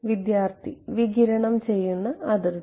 വിദ്യാർത്ഥി വികിരണം ചെയ്യുന്ന അതിർത്തി